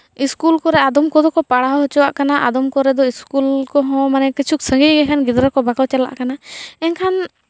school ᱠᱚᱨᱮ ᱟᱫᱚᱢ ᱠᱚᱫᱚ ᱠᱚ ᱯᱟᱲᱦᱟᱣ ᱦᱚᱪᱚᱣᱟᱜ ᱠᱟᱱᱟ ᱟᱫᱚᱢ ᱠᱚᱨᱮ ᱫᱚ ᱥᱠᱩᱞ ᱠᱚᱦᱚᱸ ᱢᱟᱱᱮ ᱠᱤᱪᱷᱩ ᱥᱟᱺᱜᱤᱧ ᱤᱠᱷᱟᱹᱱ ᱜᱤᱫᱽᱨᱟᱹ ᱠᱚ ᱵᱟᱠᱚ ᱪᱟᱞᱟᱜ ᱠᱟᱱᱟ ᱮᱱᱠᱷᱟᱱ